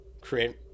create